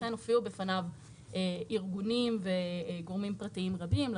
וכן הופיעו בפניו ארגונים וגורמים פרטיים רבים,